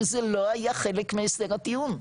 שזה לא היה חלק מהסדר הטיעון,